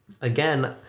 Again